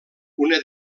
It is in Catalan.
una